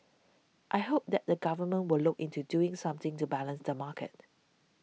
I hope that the Government will look into doing something to balance the market